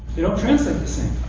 they don't translate the same.